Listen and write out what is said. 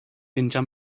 injan